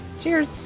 cheers